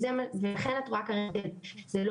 זה מה שגם ולכן את רואה את זה.